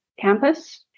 campus